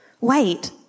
Wait